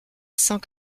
cent